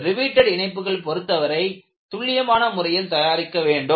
ரெவிட்டேட் இணைப்புகள் பொருத்தவரை துல்லியமான முறையில் தயாரிக்க வேண்டும்